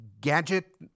gadget